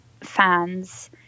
fans